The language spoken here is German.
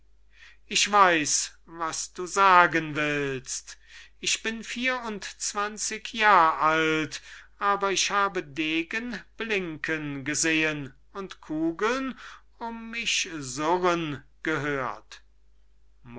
ich weiß was du sagen willst ich bin vier und zwanzig jahr alt aber ich habe degen blinken gesehen und kugeln um mich surren gehört